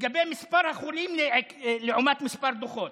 לגבי מספר החולים לעומת מספר הדוחות: